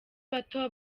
bato